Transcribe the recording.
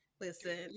Listen